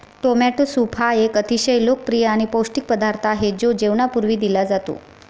tomato soup हा एक अतिशय लोकप्रिय आणि पौष्टिक पदार्थ आहे जो जेवणापूर्वी दिला जातो